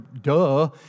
duh